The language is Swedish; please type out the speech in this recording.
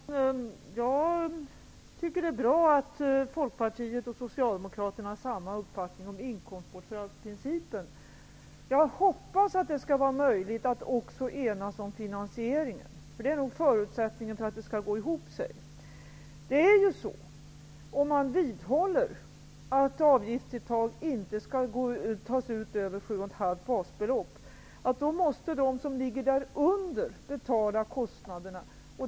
Herr talman! Jag tycker att det är bra att Folkpartiet och Socialdemokraterna har samma uppfattning om inkomstbortfallsprincipen. Jag hoppas att det skall vara möjligt att också enas om finansieringen. Det är nog förutsättningen för att det skall gå ihop. Om man vidhåller att avgiftsuttag inte skall göras över sju och ett halvt basbelopp måste de som ligger därunder betala kostnaderna.